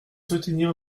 soutenir